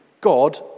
God